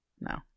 No